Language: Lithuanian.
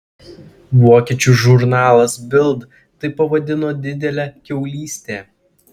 vokiečių žurnalas bild tai pavadino didele kiaulyste